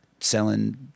Selling